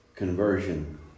conversion